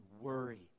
worry